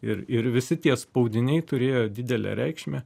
ir ir visi tie spaudiniai turėjo didelę reikšmę